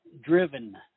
driven